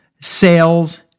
sales